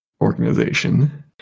organization